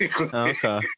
Okay